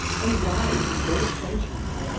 and why, in both countries,